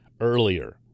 earlier